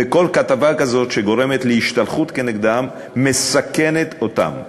וכל כתבה כזאת שגורמת להשתלחות כנגדם מסכנת אותם.